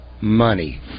money